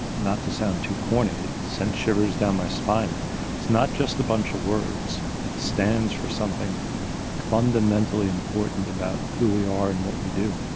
not to sound too corny, it sent shivers down my spine. and it's not just a bunch of words. it stands for something fundamentally important about and who we are and what we do,